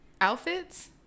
outfits